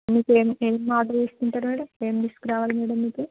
మీకు ఏం ఏం ఆర్డర్ తీసుకుంటారు మేడం ఏమి తీసుకురావాలి మేడం మీకు